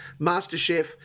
MasterChef